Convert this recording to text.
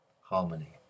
harmony